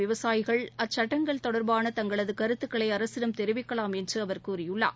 விவசாயிகள் அச்சட்டங்கள் தொடர்பான தங்களது கருத்துக்களை அரசிடம் தெரிவிக்கலாம் என்று அவர் கூறியுள்ளார்